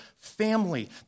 family